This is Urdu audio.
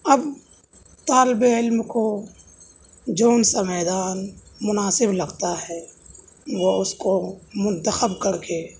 اب طالبِ علم کو جو سا میدان مناسب لگتا ہے وہ اس کو منتخب کر کے